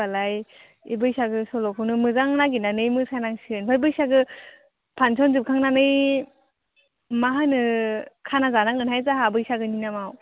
होनबालाय बैसागु सल'खौनो मोजां नागिरनानै मोसानांसिगोन आमफ्राय बैसागु फानसन जोबखांनानै मा होनो खाना जानांगोनहाय जोंहा बैसागुनि नामाव